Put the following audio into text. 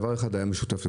דבר אחד היה משותף לכולם,